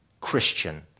Christian